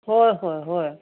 होय होय होय